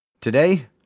Today